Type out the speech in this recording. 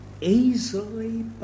easily